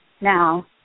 now